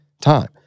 time